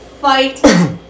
fight